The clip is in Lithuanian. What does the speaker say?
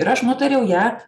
ir aš nutariau ją